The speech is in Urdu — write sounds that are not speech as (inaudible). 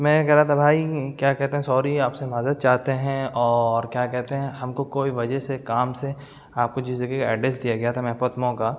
میں یہ کہہ رہا تھا بھائی کیا کہتے ہیں سوری آپ سے معذرت چاہتے ہیں اور کیا کہتے ہیں ہم کو کوئی وجہ سے کام سے آپ کو جس جگہ کا ایڈریس دیا گیا تھا نا (unintelligible)